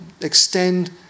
extend